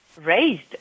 raised